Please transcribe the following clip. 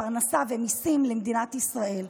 פרנסה ומיסים למדינת ישראל.